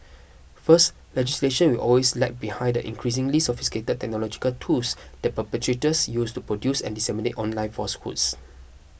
first legislation will always lag behind the increasingly sophisticated technological tools that perpetrators use to produce and disseminate online falsehoods